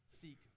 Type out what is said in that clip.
seek